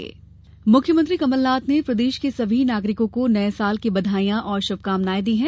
मुख्यमंत्री बघाई मुख्यमंत्री कमलनाथ ने प्रदेश के सभी नागरिकों को नए साल की बधाई और श्भकामनाएँ दी हैं